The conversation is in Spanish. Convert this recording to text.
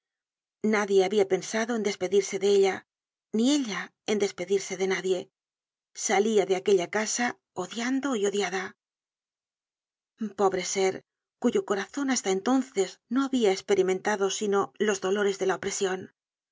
nadie habia pensado en despedirse de ella ni ella en despedirse de nadie salia de aquella casa odiando y odiada pobre ser cuyo corazon hasta entonces no habia esperimentado sino los dolores de la opresion